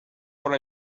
what